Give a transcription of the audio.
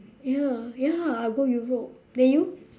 ya ya I go europe then you